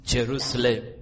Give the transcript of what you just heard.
Jerusalem